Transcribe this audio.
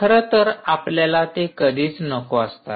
खरंतर आपल्याला ते कधीच नको असतात